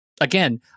Again